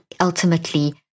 ultimately